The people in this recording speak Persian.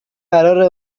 قرار